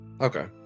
Okay